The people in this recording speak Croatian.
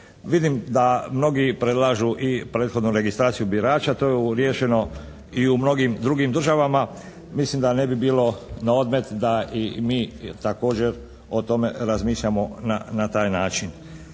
Vidim da mnogi predlažu i prethodnu registraciju birača, to je riješeno i u mnogim drugim državama, mislim da ne bi bilo na odmet da i mi također o tome razmišljamo na taj način.